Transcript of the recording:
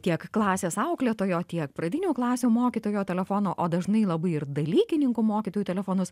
tiek klasės auklėtojo tiek pradinių klasių mokytojo telefono o dažnai labai ir dalykininkų mokytojų telefonus